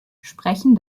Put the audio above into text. sprechen